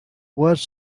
was